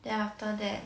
then after that